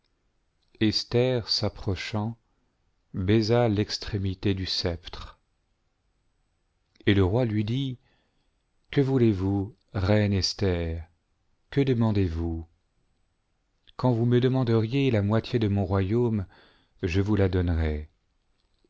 esther s'approchant baisa l'extrémité du sceptre et le roi lui dit que voulez-vous reine esther que demandez-vous'i quand vous me demanderiez la moitié de raon royaume je vous la donnerais